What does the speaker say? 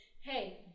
hey